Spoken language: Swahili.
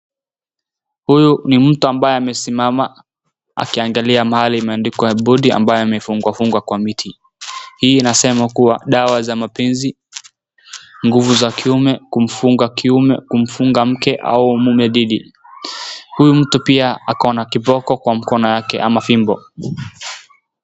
Huyu ni mtu ambaye amesimama akiangalia mahali imeandikwa bodi ambaye imefungwa fungwa kwa miti. Hii inasema kuwa dawa za mapenzi nguvu za kiume kumfunga kiume kumfunga mke au mume didi. Huyu mtu pia akaona kiboko kwa mkono yake ama fimbo.